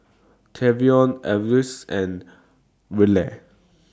Tavion Alvis and Rella